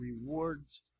rewards